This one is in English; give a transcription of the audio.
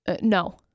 No